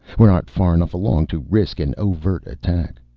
we're not far enough along to risk an overt attack.